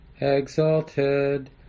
exalted